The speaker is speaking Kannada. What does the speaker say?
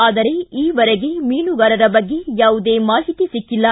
ಆದರೆ ಈವರೆಗೆ ಮೀನುಗಾರರ ಬಗ್ಗೆ ಯಾವುದೇ ಮಾಹಿತಿ ಸಿಕ್ಕಿಲ್ಲ